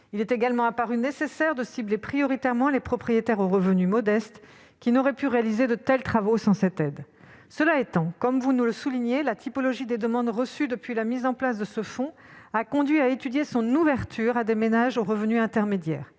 Il a également paru nécessaire de cibler prioritairement les propriétaires aux revenus modestes, qui n'auraient pu réaliser de tels travaux sans cette aide. Cela étant, comme vous le soulignez, la typologie des demandes reçues depuis la mise en place de ce fonds a conduit à étudier son ouverture à des ménages aux revenus intermédiaires.